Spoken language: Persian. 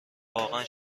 واقعا